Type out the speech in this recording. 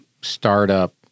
startup